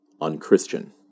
unchristian